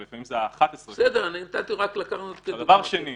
אבל לפעמים זה 11. דבר שני,